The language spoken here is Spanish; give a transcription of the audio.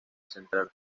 central